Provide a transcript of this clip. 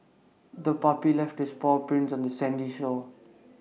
the puppy left its paw prints on the sandy shore